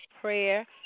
prayer